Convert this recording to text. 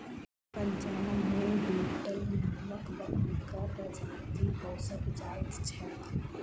पंजाब मे बीटल नामक बकरीक प्रजाति पोसल जाइत छैक